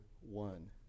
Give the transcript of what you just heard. one